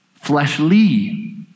fleshly